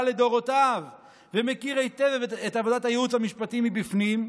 לדורותיו ומכיר היטב את עבודת הייעוץ המשפטי מבפנים,